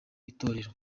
itorero